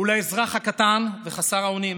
ולאזרח הקטן וחסר האונים